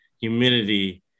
humidity